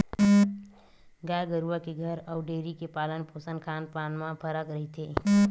गाय गरुवा के घर अउ डेयरी के पालन पोसन खान पान म फरक रहिथे